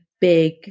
big